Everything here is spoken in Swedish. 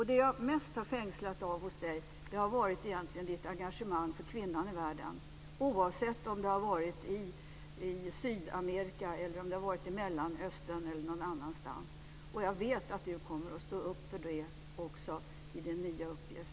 Det jag mest har fängslats av hos dig har egentligen varit ditt engagemang för kvinnan i världen, oavsett om det har varit i Sydamerika, i Mellanöstern eller någon annanstans. Jag vet att du kommer att stå upp för det också i din nya uppgift.